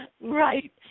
Right